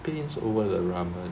paints over the ramen